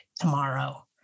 tomorrow